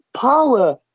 power